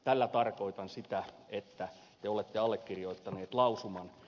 tällä tarkoitan sitä että te olette allekirjoittaneet lausuman